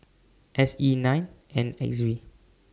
S E nine N X V